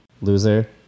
Loser